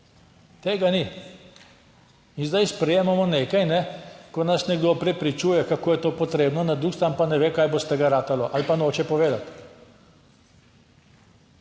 Tega ni. In zdaj sprejemamo nekaj, ko nas nekdo prepričuje kako je to potrebno, na drugi strani pa ne ve kaj bo iz tega ratalo ali pa noče povedati.